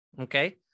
okay